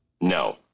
No